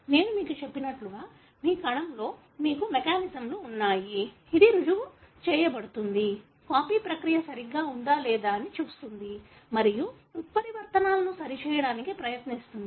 నేను మీకు చెప్పినట్లుగా మీ కణంలో మీకు మెకానిజమ్లు ఉన్నాయి ఇది రుజువు చదవబడుతుంది కాపీ ప్రక్రియ సరిగ్గా ఉందా లేదా అని చూస్తుంది మరియు ఉత్పరివర్తనాలను సరిచేయడానికి ప్రయత్నిస్తుంది